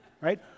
right